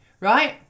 right